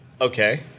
Okay